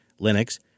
Linux